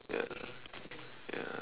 ya ya